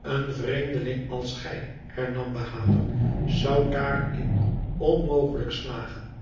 een vreemdeling als gij hernam bahader zou daarin onmogelijk slagen